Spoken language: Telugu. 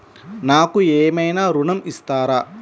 నాకు ఏమైనా ఋణం ఇస్తారా?